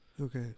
Okay